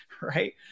right